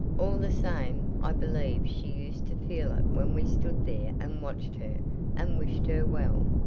all the same, i believe she used to feel it when we stood there and watched her and wished her well.